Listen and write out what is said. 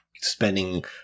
spending